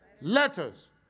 letters